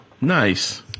Nice